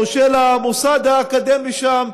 או של המוסד האקדמי שם,